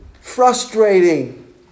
frustrating